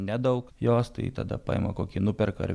nedaug jos tai tada paima kokį nuperka ar